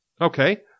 Okay